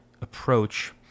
approach